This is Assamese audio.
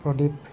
প্ৰদীপ